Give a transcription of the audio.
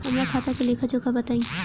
हमरा खाता के लेखा जोखा बताई?